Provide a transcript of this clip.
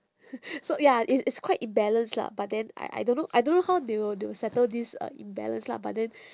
so ya it's it's quite imbalanced lah but then I I don't know I don't know how they will they will settle this uh imbalance lah but then